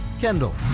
Kendall